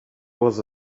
was